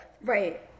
Right